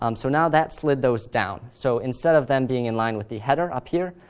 um so now that slid those down. so instead of them being in line with the header up here,